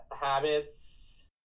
habits